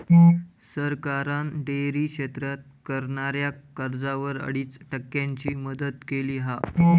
सरकारान डेअरी क्षेत्रात करणाऱ्याक कर्जावर अडीच टक्क्यांची मदत केली हा